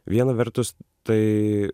vieną vertus tai